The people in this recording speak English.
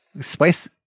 Spice